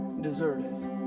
deserted